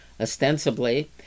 Ostensibly